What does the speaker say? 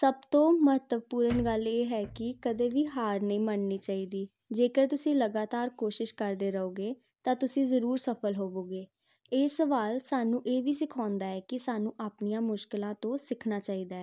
ਸਭ ਤੋਂ ਮਹੱਤਵਪੂਰਨ ਗੱਲ ਇਹ ਹੈ ਕਿ ਕਦੇ ਵੀ ਹਾਰ ਨਹੀਂ ਮੰਨਣੀ ਚਾਹੀਦੀ ਜੇਕਰ ਤੁਸੀਂ ਲਗਾਤਾਰ ਕੋਸ਼ਿਸ਼ ਕਰਦੇ ਰਹੋਗੇ ਤਾਂ ਤੁਸੀਂ ਜ਼ਰੂਰ ਸਫਲ ਹੋਵੋਗੇ ਇਹ ਸਵਾਲ ਸਾਨੂੰ ਇਹ ਵੀ ਸਿਖਾਉਂਦਾ ਹੈ ਕਿ ਸਾਨੂੰ ਆਪਣੀਆਂ ਮੁਸ਼ਕਿਲਾਂ ਤੋਂ ਸਿੱਖਣਾ ਚਾਹੀਦਾ